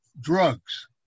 drugs